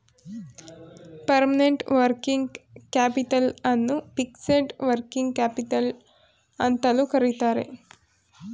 permanent working capital ಅನ್ನು fixed working capital ಅಂತಲೂ ಕರಿತರೆ